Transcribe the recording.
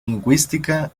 lingüística